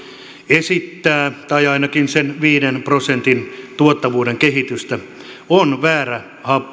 esittää tai ainakin sen viiden prosentin tuottavuuden kehitystä on väärä